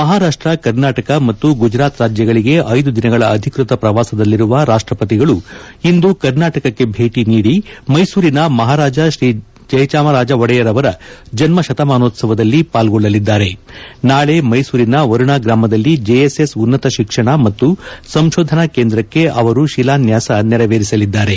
ಮಹಾರಾಷ್ಲ ಕರ್ನಾಟಕ ಮತ್ತು ಗುಜರಾತ್ ರಾಜ್ಯಗಳಿಗೆ ಐದು ದಿನಗಳ ಅಧಿಕ್ಷತ ಪ್ರವಾಸದಲ್ಲಿರುವ ರಾಷ್ಟ ಪತಿಗಳು ಇಂದು ಕರ್ನಾಟಕಕ್ಕೆ ಭೇಟಿ ನೀಡಿ ಮೈಸೂರಿನ ಮಹಾರಾಜ ಶ್ರೀ ಜಯಚಾಮರಾಜ ಒಡೆಯರ್ ಅವರ ಜನ್ಮ ಶತಮಾನೋತ್ಪವದಲ್ಲಿ ಪಾಲ್ಗೊಳ್ಳಲಿದ್ದಾರೆ ನಾಳೆ ಮೈಸೂರಿನ ವರುಣಾ ಗ್ರಾಮದಲ್ಲಿ ಜೆಎಸ್ಎಸ್ ಉನ್ನತ ಶಿಕ್ಷಣ ಮತ್ತು ಸಂಶೋಧನಾ ಕೇಂದ್ರಕ್ಲೆ ಅವರು ಶಿಲಾನ್ಯಾಸ ನೆರವೇರಿಸಲಿದ್ದಾರೆ